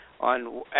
on